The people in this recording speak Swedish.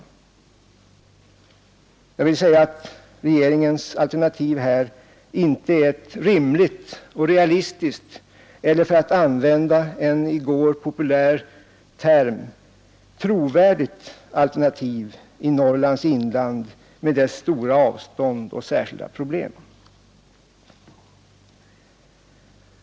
Jag vill säga att regeringens alternativ härvidlag inte är ett rimligt och realistiskt eller — för att använda en i gårdagens debatt populär term — trovärdigt alternativ i Norrlands inland med dess stora avstånd och särskilda problem.